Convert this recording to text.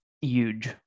huge